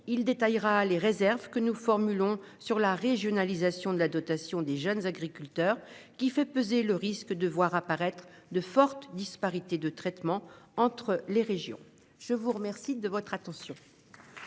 il détaillera les réserves que nous formulons sur la régionalisation de la dotation des jeunes agriculteurs qui fait peser le risque de voir apparaître de fortes disparités de traitement entre les régions, je vous remercie de votre attention.